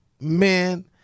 man